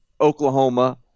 Oklahoma